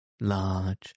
large